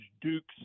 Duke's